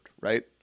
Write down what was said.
right